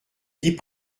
dit